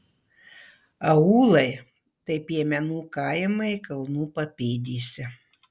aūlai tai piemenų kaimai kalnų papėdėse